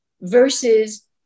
Versus